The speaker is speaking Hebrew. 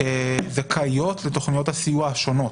זכאיות לתוכניות הסיוע השונות?